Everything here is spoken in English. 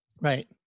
Right